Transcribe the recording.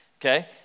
Okay